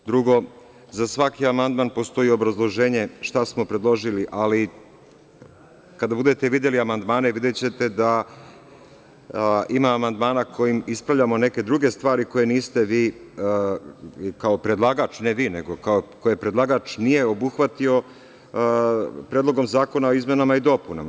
Drugo, za svaki amandman postoji obrazloženje šta smo predložili, ali kada budete videli amandmane, videćete da ima amandmana kojim ispravljamo neke druge stvari koje niste vi, kao predlagač, ne vi, nego ko je predlagač, nije obuhvatio Predlogom zakona o izmenama i dopunama.